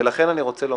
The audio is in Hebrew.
ולכן אני רוצה לומר,